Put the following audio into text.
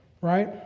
right